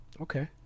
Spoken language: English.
Okay